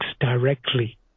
directly